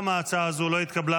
גם הצעה זו לא התקבלה,